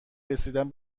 رسیدن